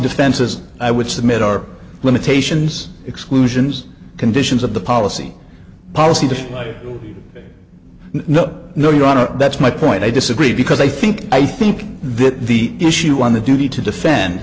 defenses i would submit are limitations exclusions conditions of the policy policy the no no your honor that's my point i disagree because i think i think that the issue on the duty to defend